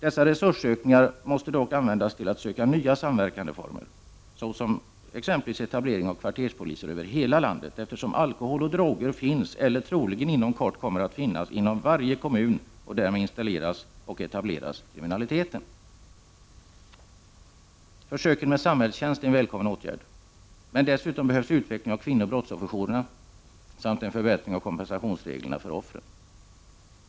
Dessa resursökningar måste dock användas till att söka nya samverkandeformer, såsom etablering av kvarterspoliser över hela landet, eftersom alkohol och droger finns, eller troligen inom kort kommer att finnas, inom varje kommun och kriminaliteten därmed installeras och etableras. Försöken med samhällstjänst är en välkommen åtgärd. Dessutom behövs utveckling av kvinnooch brottsofferjourerna samt en förbättring av reglerna för kompensation till offren.